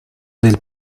del